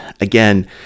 again